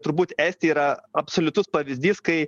turbūt estija yra absoliutus pavyzdys kai